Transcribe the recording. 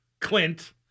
Clint